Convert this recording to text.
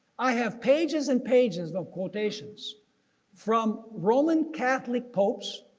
i have pages and pages of quotations from roman catholic popes,